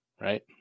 right